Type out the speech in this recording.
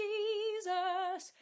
Jesus